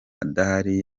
adahari